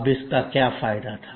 अब इसका क्या फायदा था